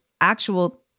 actual